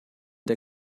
der